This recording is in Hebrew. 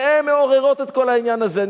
שהן מעוררות את כל העניין הזה.